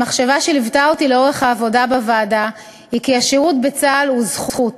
המחשבה שליוותה אותי לאורך העבודה בוועדה היא שהשירות בצה"ל הוא זכות,